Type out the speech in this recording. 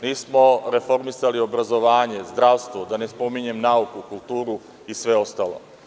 Nismo reformisali obrazovanje, zdravstvo, da ne spominjem nauku, kulturu i sve ostalo.